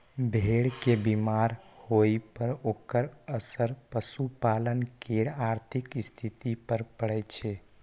भेड़ के बीमार होइ पर ओकर असर पशुपालक केर आर्थिक स्थिति पर पड़ै छै